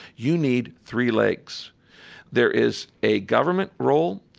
you need three legs there is a government role,